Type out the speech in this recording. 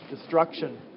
destruction